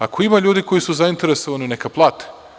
Ako ima ljudi koji su zainteresovani, neka plate.